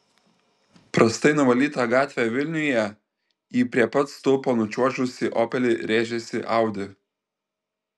prastai nuvalyta gatvė vilniuje į prie pat stulpo nučiuožusį opel rėžėsi audi